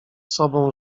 sobą